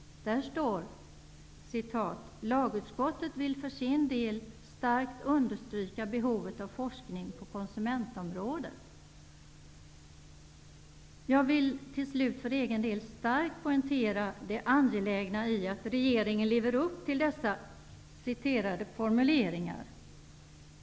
Där står: ''Lagutskottet vill för sin del starkt understryka behovet av forskning på konsumentområdet.'' Jag vill till slut starkt poängtera det angelägna i att regeringen lever upp till dessa citerade formuleringar.